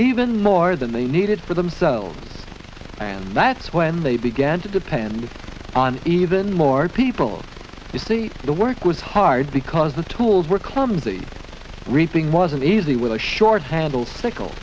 even more than they needed for themselves and that's when they began to depend on even more people to see the work was hard because the tools were clumsy reaping wasn't easy with a short handled pickle